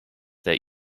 that